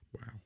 Wow